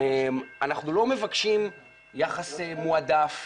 אנחנו לא מבקשים יחס מועדף,